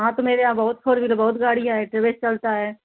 हाँ तो मेरे यहाँ बहुत फोर वीलर बहुत गाड़ियाँ है ट्रैक चलता है